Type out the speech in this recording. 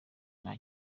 nta